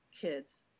kids